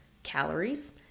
calories